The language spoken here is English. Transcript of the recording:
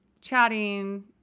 chatting